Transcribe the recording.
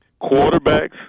Quarterbacks